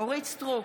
אורית מלכה סטרוק,